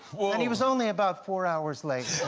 and he was only about four hours late.